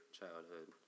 childhood